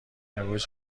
امروز